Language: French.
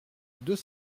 deux